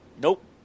Nope